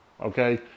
Okay